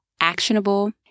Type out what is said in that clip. actionable